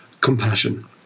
compassion